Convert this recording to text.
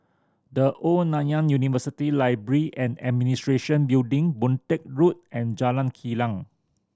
The Old Nanyang University Library and Administration Building Boon Teck Road and Jalan Kilang